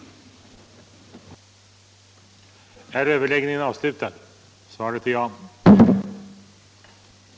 Överläggningen var härmed slutad.